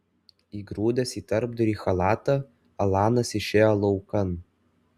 įgrūdęs į tarpdurį chalatą alanas išėjo laukan